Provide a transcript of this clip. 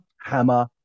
Hammer